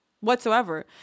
whatsoever